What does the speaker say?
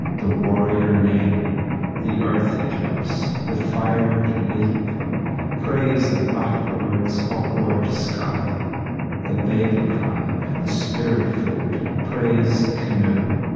the warrior name the earth eclipse, the fired leap praise the backwards, upward sky the baby cry, the spirit food praise canoe,